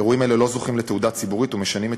אירועים אלה לא זוכים לתהודה ציבורית ומשנים את